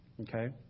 okay